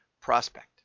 prospect